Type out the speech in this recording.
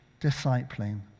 discipling